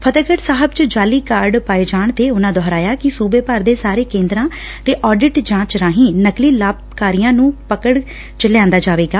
ਫਤਹਿਗੜ੍ ਸਾਹਿਬ ਚ ਜਾਅਲੀ ਕਾਰਡ ਪਾਏ ਜਾਣ ਤੇ ਉਨਾਂ ਦੁਹਰਾਇਆ ਕਿ ਸੁਬੇ ਭਰ ਦੇ ਸਾਰੇ ਕੇਦਰਾਂ ਤੇ ਆਡਿਟ ਜਾਂਚ ਰਾਹੀਂ ਨਕਲੀ ਲਾਭਕਾਰੀਆ ਨੂੰ ਪਕੜ ਚ ਲੈਆਂਦਾ ਜਾਵੇਗਾ